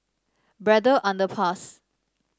Braddell Underpass